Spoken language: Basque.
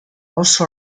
oso